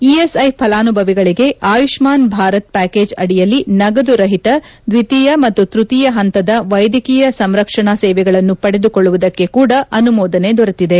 ESI ಫಲಾನುಭವಿಗಳಿಗೆ Ayushman Bharat package ಅಡಿಯಲ್ಲಿ ನಗದುರಒತ ದ್ನಿತೀಯ ಮತ್ತು ತ್ವತೀಯ ಹಂತದ ವೈದ್ಯಕೀಯ ಸಂರಕ್ಷಣಾ ಸೇವೆಗಳನ್ನು ಪಡೆದುಕೊಳ್ಳುವುದಕ್ಕೆ ಕೂಡಾ ಅನುಮೋದನೆ ದೊರೆತಿದೆ